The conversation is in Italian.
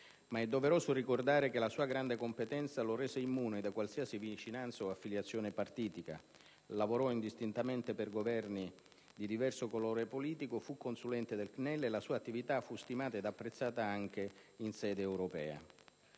ma è doveroso ricordare che la sua grande competenza lo rese "immune" da qualsiasi vicinanza o affiliazione partitica: lavorò indistintamente per Governi di diverso colore politico, fu consulente del CNEL e la sua attività fu stimata ed apprezzata anche in sede europea.